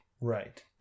Right